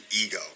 ego